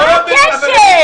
מה הקשר?